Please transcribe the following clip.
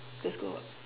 let's go